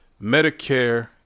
Medicare